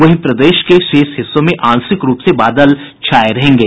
वहीं प्रदेश के शेष हिस्सों में आंशिक रूप से बादल छाये रहेंगे